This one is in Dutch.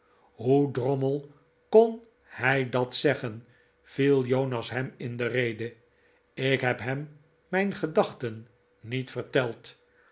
hoe drommel kon hij dat zeggen viel jonas hem in de rede ik heb hem mijn gedachten niet verteld